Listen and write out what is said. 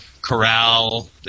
corral